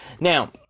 Now